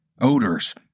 odors